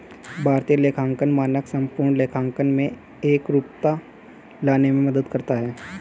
भारतीय लेखांकन मानक संपूर्ण लेखांकन में एकरूपता लाने में मदद करता है